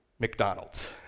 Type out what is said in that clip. McDonald's